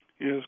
Yes